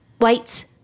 Wait